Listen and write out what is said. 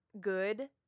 good